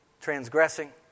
transgressing